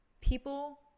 People